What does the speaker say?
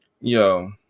Yo